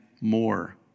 more